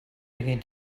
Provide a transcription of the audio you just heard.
begin